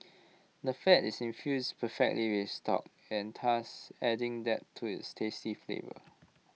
the fat is infused perfectly with stock and thus adding depth to its tasty flavour